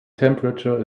temperature